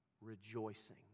Rejoicing